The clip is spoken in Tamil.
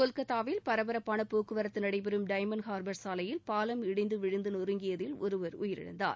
கொல்கத்தாவில் பரப்பரப்பான போக்குவரத்து நடைபெறும் டைமண்ட் ஹா்பா் சாலையில் பாலம் இடிந்து விழுந்து நொறுங்கியதில் ஒருவர் உயிரிழந்தார்